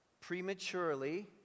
prematurely